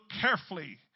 carefully